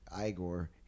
Igor